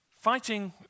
fighting